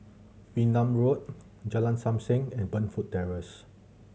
Wee Nam Road Jalan Sam Heng and Burnfoot Terrace